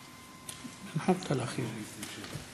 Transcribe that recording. בחסותם של הבנקים,